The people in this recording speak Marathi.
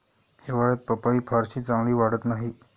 हिवाळ्यात पपई फारशी चांगली वाढत नाही